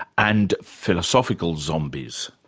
and philosophical zombies.